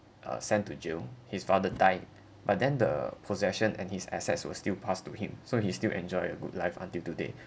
uh sent to jail his father died but then the possession and his assets will still pass to him so he still enjoy a good life until today